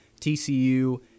tcu